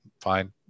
fine